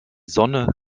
sonne